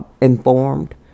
informed